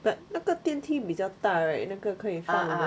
but 那个电梯比较大 right 那个可以放